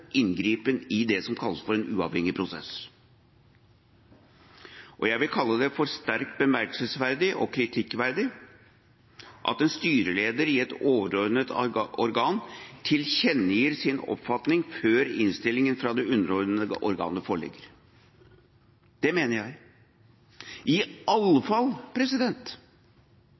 inngripen i det som kalles for en uavhengig prosess. Og jeg vil kalle det for sterkt bemerkelsesverdig og kritikkverdig at en styreleder i et overordnet organ tilkjennegir sin oppfatning før innstillinga fra det underordnede organet foreligger. Det mener jeg – i